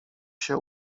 się